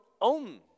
own